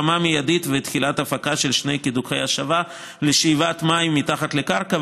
הקמה מיידית ותחילת הפקה של שני קידוחי השבה לשאיבת מים מתחת לקרקע